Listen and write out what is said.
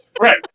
Right